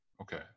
Okay